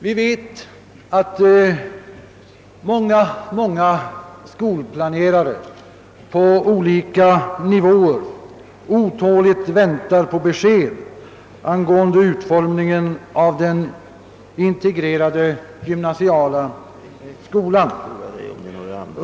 Vi vet att många skolplanerare på olika nivåer otåligt väntar på besked angående utformningen av den integrerade gymnasiala skolan.